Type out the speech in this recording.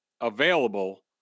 available